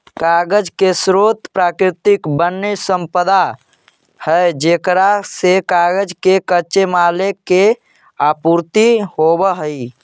कागज के स्रोत प्राकृतिक वन्यसम्पदा है जेकरा से कागज के कच्चे माल के आपूर्ति होवऽ हई